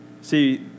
See